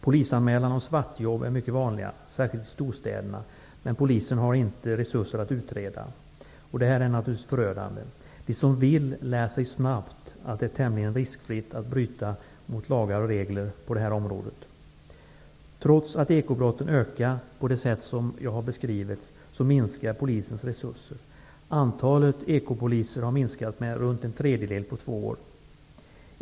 Polisanmälningar om svartjobb är mycket vanliga, särskilt i storstäderna. Men polisen har inte resurser att utreda. Detta är förödande. De som vill lär sig snabbt att det är tämligen riskfritt att bryta mot lagar och regler på detta sätt. Trots att ekobrotten ökar på det sätt som jag har beskrivit, minskar polisens resurser. Antalet ekopoliser har minskat med runt en tredjedel på två år.